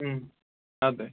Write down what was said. മ് അതെ